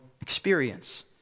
experience